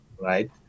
right